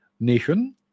nation